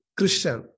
Christian